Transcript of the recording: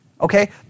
Okay